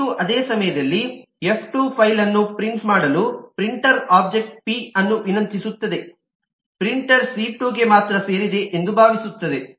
ಸಿ2 ಅದೇ ಸಮಯದಲ್ಲಿ ಎಫ್2 ಫೈಲ್ ಅನ್ನು ಪ್ರಿಂಟ್ ಮಾಡಲು ಪ್ರಿಂಟರ್ ಒಬ್ಜೆಕ್ಟ್ ಪಿ ಅನ್ನು ವಿನಂತಿಸುತ್ತದೆ ಪ್ರಿಂಟರ್ ಸಿ2 ಗೆ ಮಾತ್ರ ಸೇರಿದೆ ಎಂದು ಭಾವಿಸುತ್ತದೆ